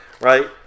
right